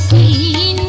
e